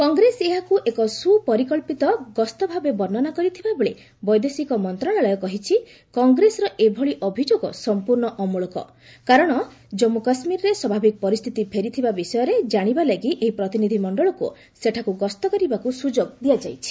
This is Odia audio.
କଂଗ୍ରେସ ଏହାକୁ ଏକ ସପରିକ୍ଷିତ ଗସ୍ତ ଭାବେ ବର୍ଷ୍ଣନା କରିଥିବାବେଳେ ବୈଦେଶିକ ମନ୍ତ୍ରଣାଳୟ କହିଛି କଂଗ୍ରେସର ଏଭଳି ଅଭିଯୋଗ ସମ୍ପୂର୍ଣ୍ଣ ଅମ୍ଳକ କାରଣ ଜନ୍ମୁ କାଶ୍ମୀରରେ ସ୍ୱାଭାବିକ ପରିସ୍ଥିତି ଫେରିଥିବା ବିଷୟରେ ଜାଣିବା ଲାଗି ଏହି ପ୍ରତିନିଧି ମଣ୍ଡଳକୁ ସେଠାକୁ ଗସ୍ତ କରିବାକୁ ସୁଯୋଗ ଦିଆଯାଇଛି